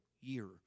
year